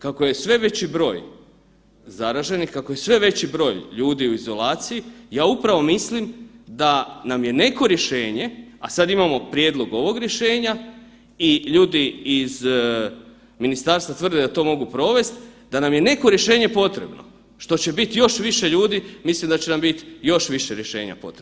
Kako je sve veći broj zaraženih, kako je sve veći broj ljudi u izolaciji, ja upravo mislim da nam je neko rješenje, a sad imamo prijedlog ovog rješenja i ljudi iz ministarstva tvrde da to mogu provesti, da nam je neko rješenje potrebno što će biti još više ljudi mislim da će nam biti još više rješenja potrebno.